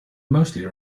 mostly